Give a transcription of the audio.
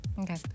Okay